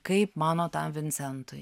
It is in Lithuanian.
kaip mano tam vincentui